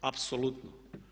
Apsolutno!